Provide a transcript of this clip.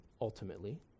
ultimately